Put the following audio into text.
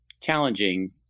challenging